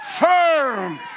firm